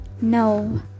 NO